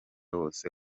wose